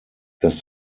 dass